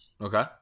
Okay